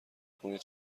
کنید